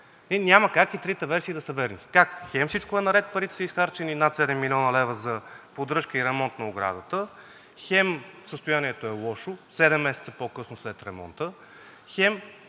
няма как трите версии да са верни. Как хем всичко е наред и парите са изхарчени – над 70 млн. лв. за поддръжка и ремонт на оградата, хем състоянието е лошо – седем месеца по-късно след ремонта,